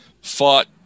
fought